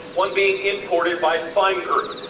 one being imported by fime group.